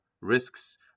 risks